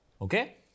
Okay